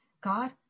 God